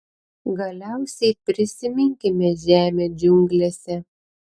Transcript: galiausiai prisiminkime žemę džiunglėse